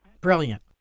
Brilliant